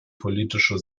politische